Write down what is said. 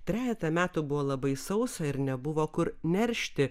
trejetą metų buvo labai sausa ir nebuvo kur neršti